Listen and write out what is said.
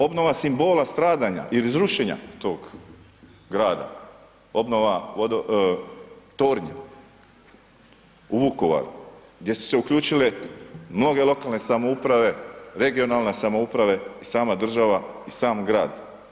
Obnova simbola stradanja ili zrušenja tog grada, obnova tornja u Vukovaru gdje su se uključile mnoge lokalne samouprave, regionalne samouprave i sama država i sam grad.